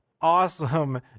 awesome